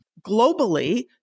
Globally